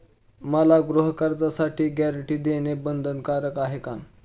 मला गृहकर्जासाठी गॅरंटी देणं बंधनकारक आहे का?